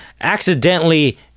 accidentally